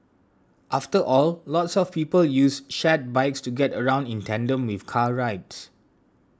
after all lots of people use shared bikes to get around in tandem with car rides